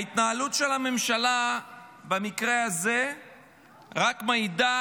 ההתנהלות של הממשלה במקרה הזה רק מעידה